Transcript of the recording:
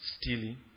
stealing